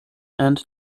and